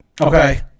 Okay